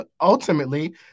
ultimately